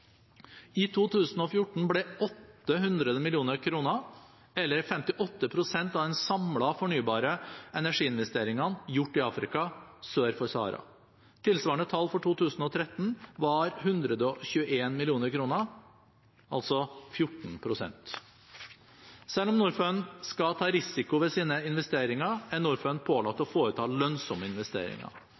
I 2014 ble 800 mill. kr, eller 58 pst. av de samlede fornybare energiinvesteringene, investert i Afrika sør for Sahara. Tilsvarende tall for 2013 var 121 mill. kr, altså 14 pst. Selv om Norfund skal ta risiko ved sine investeringer, er Norfund pålagt å foreta lønnsomme investeringer.